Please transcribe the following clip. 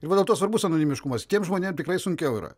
ir va dėl to svarbus anonimiškumas tiems žmonėm tikrai sunkiau yra